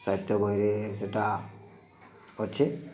ସାହିତ୍ୟ ବହିରେ ସେଟା ଅଛେ